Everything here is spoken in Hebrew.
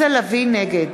נגד